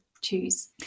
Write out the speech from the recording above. choose